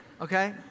Okay